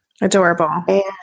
Adorable